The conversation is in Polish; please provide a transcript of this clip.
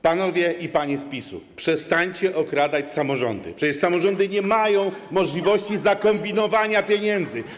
Panowie i panie z PiS-u, przestańcie okradać samorządy, przecież samorządy nie mają możliwości zakombinowania pieniędzy.